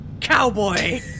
cowboy